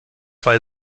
weil